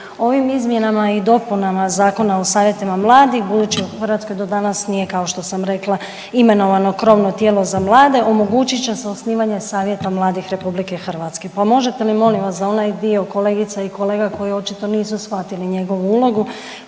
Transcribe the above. Ovim izmjenama i dopunama Zakona o savjetima mladih, budući u Hrvatskoj do danas nije, kao što sam rekla, imenovano krovno tijelo za mlade, omogućit će se osnivanje Savjeta mladih RH, pa možete li, molim vas, za onaj dio kolegica i kolega koji očito nisu shvatili njegovu ulogu